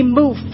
move